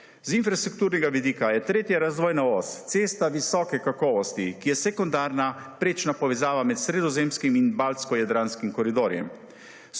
Z infrastrukturnega vidika je tretja razvojna os cesta visokega kakovosti, ki je sekundarna, prečna povezava med sredozemskim in baltsko-jadranskim koridorjem.